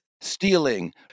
Stealing